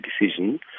decision